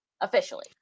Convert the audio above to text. officially